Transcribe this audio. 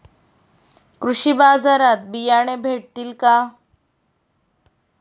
कृषी बाजारात बियाणे भेटतील का?